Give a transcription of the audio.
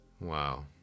Wow